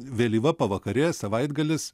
vėlyva pavakarė savaitgalis